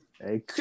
Hey